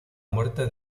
muerte